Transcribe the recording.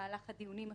במהלך הדיונים השונים.